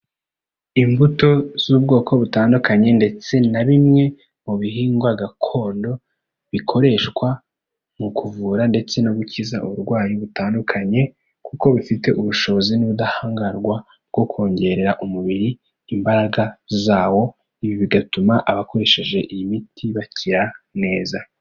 Imbuto z'ubwoko butandukanye ndetse na bimwe mu bihingwa gakondo, bikoreshwa mu kuvura ndetse no gukiza uburwayi butandukanye, kuko bifite ubushobozi n'ubudahangarwa, bwo kongerera umubiri imbaraga zawo, ibi bigatuma abakoreshaje iyi miti bakira neza.